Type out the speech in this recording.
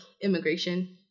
immigration